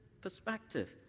perspective